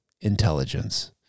intelligence